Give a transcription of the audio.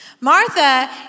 Martha